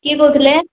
କିଏ କହୁଥିଲେ